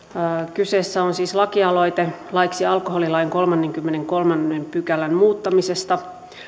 kyseessä on siis lakialoite laiksi alkoholilain kolmannenkymmenennenkolmannen pykälän muuttamisesta